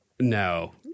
No